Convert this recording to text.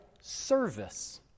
service